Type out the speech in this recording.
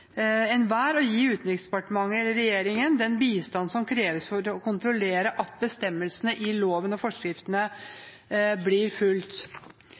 å gi Utenriksdepartementet, altså regjeringen, den bistand som kreves for å kontrollere at bestemmelsene i loven eller forskriftene blir fulgt.